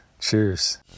cheers